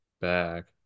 back